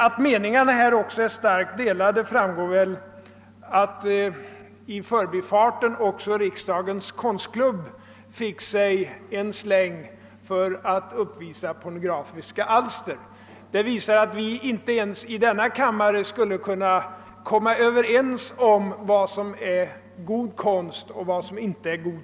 Att meningarna om dessa ting är delade framgår också av att Riksdagens konstklubb i förbifarten fick sig en släng för att den visar pornografiska alster. Det tyder på att vi inte ens i denna kammare skulle kunna komma överens om vad som är god konst och vad som inte är det.